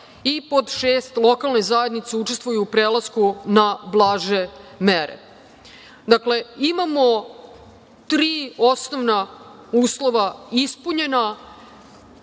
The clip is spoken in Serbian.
pod šest, lokalne zajednice učestvuju u prelasku na blaže mere. Dakle, imamo tri osnovna uslova ispunjena.